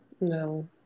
no